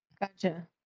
Gotcha